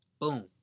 Boom